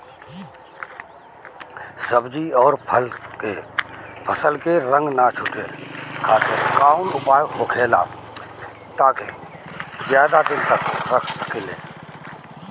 सब्जी और फल के फसल के रंग न छुटे खातिर काउन उपाय होखेला ताकि ज्यादा दिन तक रख सकिले?